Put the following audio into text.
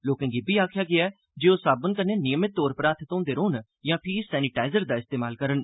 लोकें गी इब्बी आखेआ गेआ ऐ जे ओह् साबुन कन्नै नियमित तौर पर हत्थ घोंदे रौह्न यां फ्ही सैनीटाईज़र दा इस्तेमाल करन